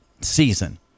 season